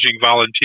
volunteers